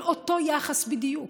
על אותו היחס בדיוק,